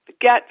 Get